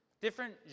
different